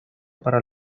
para